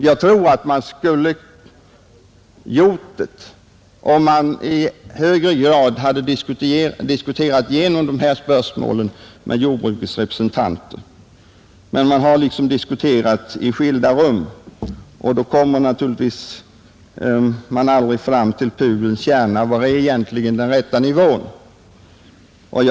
Jag tror att delegationen skulle ha gjort det om den i tillräcklig grad hade diskuterat igenom dessa spörsmål med jordbrukets representanter. Så har inte skett. Man har liksom diskuterat i skilda rum, och då kommer man naturligtvis aldrig fram till pudelns kärna — vad är egentligen den rätta prisnivån?